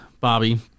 Bobby